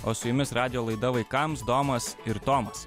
o su jumis radijo laida vaikams domas ir tomas